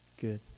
good